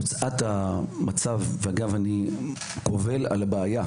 לצערי אגב, צריך לומר זאת,